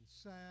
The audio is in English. sad